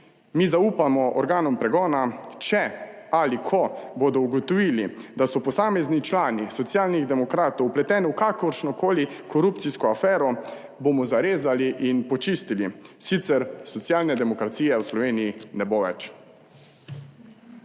Mi zaupamo organom pregona. Če ali ko bodo ugotovili, da so posamezni člani Socialnih demokratov vpleteni v kakršnokoli korupcijsko afero, bomo zarezali in počistili, sicer socialne demokracije v Sloveniji ne bo več.